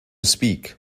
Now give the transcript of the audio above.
speak